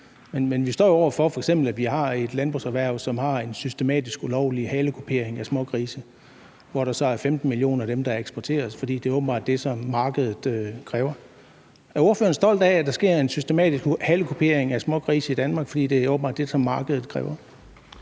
den situation, at vi har et landbrugserhverv, hvor der foregår systematisk ulovlig halekupering af smågrise, som der eksporteres 15 millioner af, fordi det åbenbart er det, som markedet kræver. Er ordføreren stolt af, at der sker en systematisk halekupering af smågrise i Danmark, fordi det åbenbart er det, som markedet kræver?